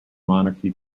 monarchy